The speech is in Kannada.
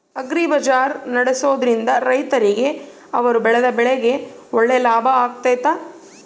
ಅಗ್ರಿ ಬಜಾರ್ ನಡೆಸ್ದೊರಿಂದ ರೈತರಿಗೆ ಅವರು ಬೆಳೆದ ಬೆಳೆಗೆ ಒಳ್ಳೆ ಲಾಭ ಆಗ್ತೈತಾ?